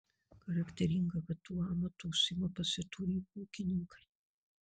charakteringa kad tuo amatu užsiima pasiturį ūkininkai